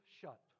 shut